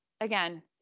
again